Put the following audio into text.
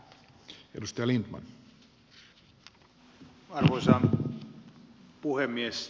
arvoisa puhemies